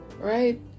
right